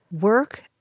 work